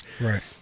Right